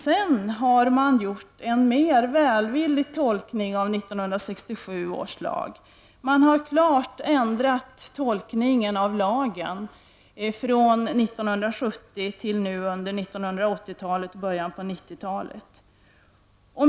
Senare har man gjort en mera välvillig tolkning av 1967 års lag. Man har klart ändrat tolkningen av lagen från 1970 och fram till början av 1990-talet.